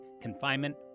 confinement